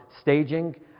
staging